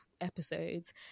episodes